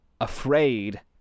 afraid